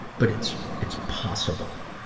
but it's, it's possible.